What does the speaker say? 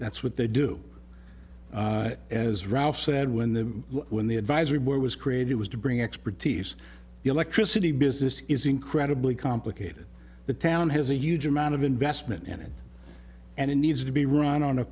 that's what they do as ralph said when the when the advisory where was created was to bring expertise the electricity business is incredibly complicated the town has a huge amount of investment in it and it needs to be run on a